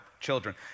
children